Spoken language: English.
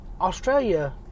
Australia